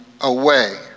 away